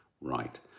right